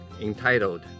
entitled